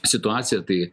situaciją tai